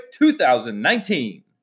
2019